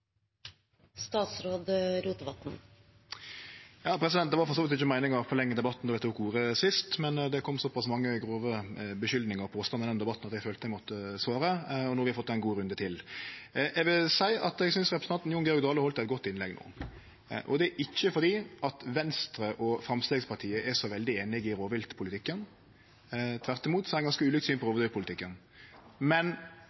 Det var for så vidt ikkje meininga å forlengje debatten då eg tok ordet sist, men det har kome såpass mange grove skuldingar og påstandar i denne debatten at eg følte eg måtte svare. Og no har vi fått ein god runde til. Eg synest at representanten Jon Georg Dale heldt eit godt innlegg no nettopp. Det er ikkje fordi Venstre og Framstegspartiet er så veldig einige i rovviltpolitikken. Tvert imot har vi ganske ulike syn på rovviltpolitikken. Men